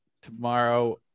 tomorrow